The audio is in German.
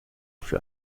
für